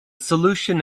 solution